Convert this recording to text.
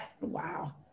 Wow